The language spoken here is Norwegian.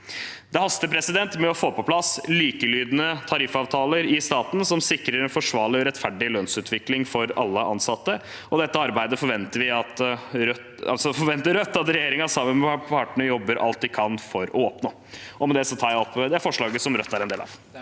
Det haster med å få på plass likelydende tariffavtaler som sikrer en forsvarlig og rettferdig lønnsutvikling for alle ansatte i staten, og dette arbeidet forventer Rødt at regjeringen, sammen med partene, jobber alt de kan med for å oppnå. Med det tar jeg opp det forslaget som Rødt er en del av.